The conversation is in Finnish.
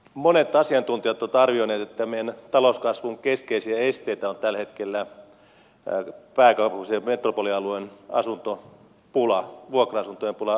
monet asiantuntijat ovat arvioineet että meidän talouskasvumme keskeisiä esteitä ovat tällä hetkellä pääkaupunkiseudun metropolialueen asuntopula vuokra asuntojen pula kalliit asunnot